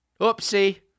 Oopsie